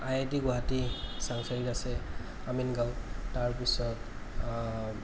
I I T Guwahati চাংসাৰীত আছে আমিনগাঁও তাৰপিছত